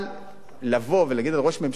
אבל לבוא ולהגיד על ראש ממשלה,